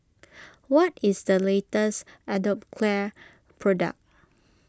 what is the latest Atopiclair product